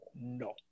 No